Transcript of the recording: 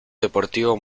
deportivo